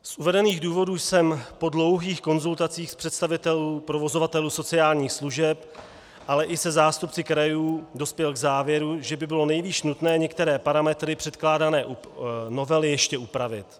Z uvedených důvodů jsem po dlouhých konzultacích s představiteli provozovatelů sociálních služeb, ale i se zástupci krajů dospěl k závěru, že by bylo nejvýš nutné některé parametry předkládané novely ještě upravit.